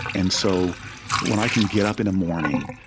and so when i can get up in the morning,